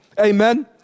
Amen